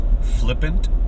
flippant